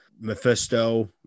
Mephisto